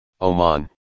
Oman